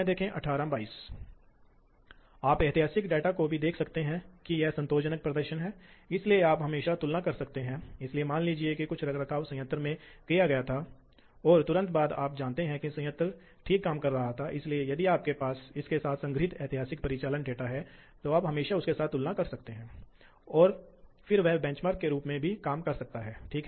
इसके साथ ही हमारे पास एक अन्य प्रकार का कंप्यूटर भी है जिसे पीएलसी कहा जाता है जो कि हम कह रहे हैं जो मुख्य रूप से असतत स्वचालन के लिए उपयोग किया जाता है और एक मैन मशीन इंटरफ़ेस भी है जो ऑपरेटर को प्रोग्राम करने देता है और मशीन की स्थिति की निगरानी भी करता है और इसके अलावा विभिन्न प्रकार के अलार्म बनाने के लिए भी तंत्र हैं ठीक है